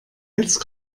jetzt